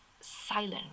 silent